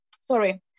sorry